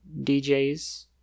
DJs